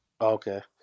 Okay